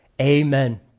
amen